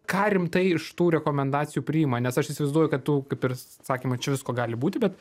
ką rimtai iš tų rekomendacijų priima nes aš įsivaizduoju kad tu kaip ir sakėm va čia visko gali būti bet